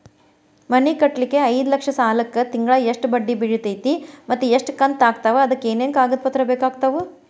ಮನಿ ಕಟ್ಟಲಿಕ್ಕೆ ಐದ ಲಕ್ಷ ಸಾಲಕ್ಕ ತಿಂಗಳಾ ಎಷ್ಟ ಬಡ್ಡಿ ಬಿಳ್ತೈತಿ ಮತ್ತ ಎಷ್ಟ ಕಂತು ಆಗ್ತಾವ್ ಅದಕ ಏನೇನು ಕಾಗದ ಪತ್ರ ಬೇಕಾಗ್ತವು?